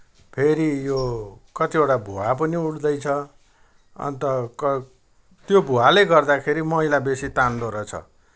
फेरि यो कतिवटा भुवा पनि उठ्दैछ अन्त क त्यो भुवाले गर्दाखेरि मैला बेसी तान्दो रहेछ